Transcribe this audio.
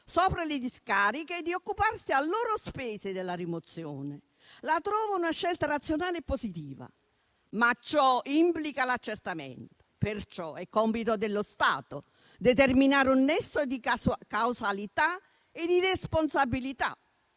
sopra le discariche, di occuparsi a loro spese della rimozione; la trovo una scelta razionale e positiva. Ma ciò implica l'accertamento, perciò è compito dello Stato determinare un nesso di causalità e di responsabilità,